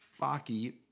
Baki